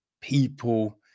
people